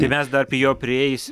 tai mes dar prie jo prieisi